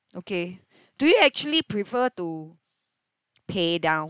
okay do you actually prefer to pay down